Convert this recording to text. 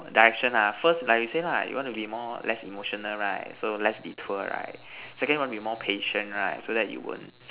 Direction ah first like you say lah you want to be more less emotional right so less detour right second you want to be more patient right so that you won't